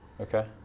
Okay